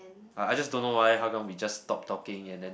I just don't know why how come we just stopped talking and then